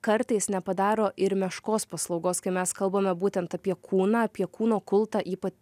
kartais nepadaro ir meškos paslaugos kai mes kalbame būtent apie kūną apie kūno kultą ypa